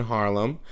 Harlem